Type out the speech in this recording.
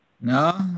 No